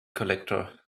collector